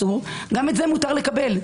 גם את זה מותר לקבל.